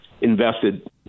invested